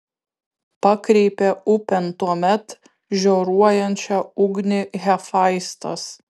pakreipė upėn tuomet žioruojančią ugnį hefaistas